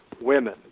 women